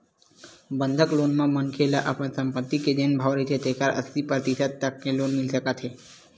बंधक लोन म मनखे ल अपन संपत्ति के जेन भाव रहिथे तेखर अस्सी परतिसत तक के लोन मिल सकत हे